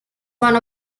one